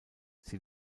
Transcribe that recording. sie